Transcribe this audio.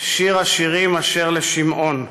"שיר השירים אשר לשמעון",